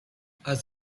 asked